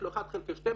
יש לו 1 חלקי 12,